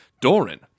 Doran